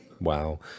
Wow